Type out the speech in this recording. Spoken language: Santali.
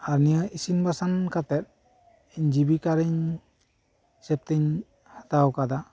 ᱟᱨ ᱱᱤᱭᱟᱹ ᱤᱥᱤᱱ ᱵᱟᱥᱟᱝ ᱠᱟᱛᱮᱫ ᱤᱧ ᱡᱤᱵᱤᱠᱟᱨᱮᱧ ᱦᱤᱥᱟᱹᱵᱛᱮᱧ ᱦᱟᱛᱟᱣ ᱟᱠᱟᱫᱟ